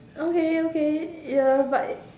okay okay ya but